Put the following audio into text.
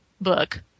book